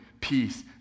peace